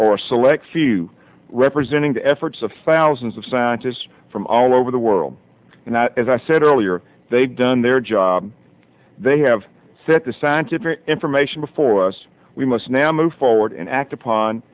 a select few representing the efforts of thousands of scientists from all over the world and as i said earlier they've done their job they have set the scientific information before us we must now move forward and act upon